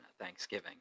Thanksgiving